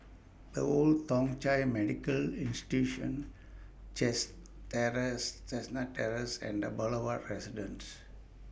The Old Thong Chai Medical Institution chest Terrace Chestnut Terrace and The Boulevard Residence